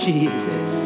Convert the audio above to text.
Jesus